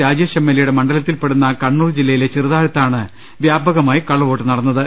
Rajesh M L എയുടെ മണ്ഡലത്തിൽപ്പെടുന്ന കണ്ണൂർ ജില്ലയിലെ ചെറുതാഴത്താണ് വ്യാപകമായി കള്ളവോട്ട് നടന്നത്